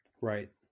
right